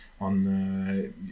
on